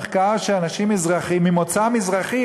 מחקר שאנשים ממוצא מזרחי,